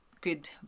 good